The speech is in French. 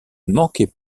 manquait